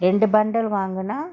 ரெண்டு:rendu bundle வாங்குனா:vaanguna